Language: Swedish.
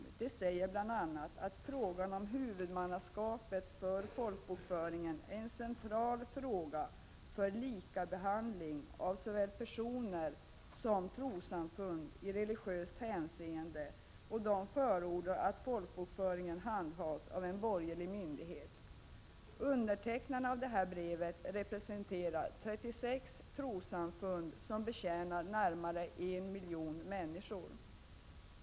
Man säger bl.a. att frågan om huvudmannaskap för folkbokföringen är en central fråga för likabehandling av såväl personer som trossamfund i religiöst hänseende, och man förordar att folkbokföringen handhas av en borgerlig myndighet. Undertecknarna av detta brev representerar 36 trossamfund som betjänar närmare en miljon människor.